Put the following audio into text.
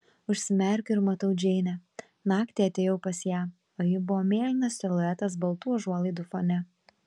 užsimerkiu ir matau džeinę naktį atėjau pas ją o ji buvo mėlynas siluetas baltų užuolaidų fone